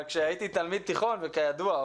אבל כשהייתי תלמיד תיכון וכידוע,